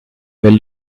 will